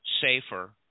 safer